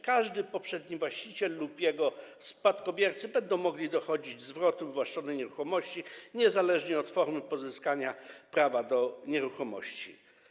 Każdy poprzedni właściciel lub jego spadkobiercy będą mogli dochodzić zwrotu wywłaszczonej nieruchomości niezależnie od formy pozyskania prawa do nieruchomości.